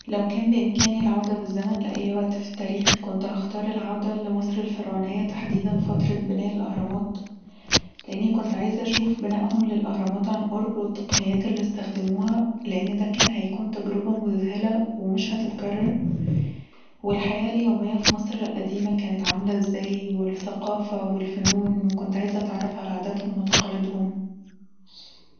لو كان بإمكاني العوده بالزمن لأي وقت في التاريخ كنت هختار العوده لمصر الفرعونيه تحديدا فتره بناء الاهرامات لاني كنت عايزه اشوف بنائهم للاهرامات عن قرب والتقنيات اللي استخدموها لان دا كان هيكون تجربه مذهله ومش هتتكرر، والحياه اليوميه في مصر القديمه كانت عامله ازاي والثقافه والفنون وكنت عايزه اتعرف علي عاداتهم وتقاليدهم